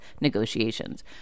negotiations